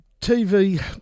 TV